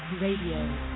Radio